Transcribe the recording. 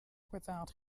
without